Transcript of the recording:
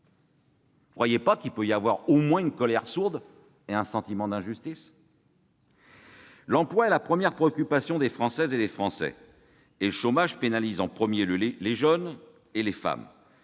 Ne croyez-vous pas qu'il puisse y avoir au moins une colère sourde et un sentiment d'injustice ? L'emploi est la première préoccupation des Françaises et des Français, et le chômage pénalise en premier lieu les jeunes et les femmes.